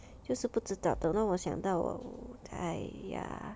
就是不知道等到我想到了我再 ya